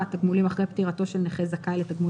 תגמולים אחרי פטירתו של נכה זכאי לתגמול